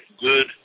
good